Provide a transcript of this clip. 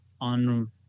on